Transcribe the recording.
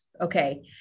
okay